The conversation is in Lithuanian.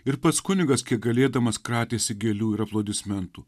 ir pats kunigas kiek galėdamas kratėsi gėlių ir aplodismentų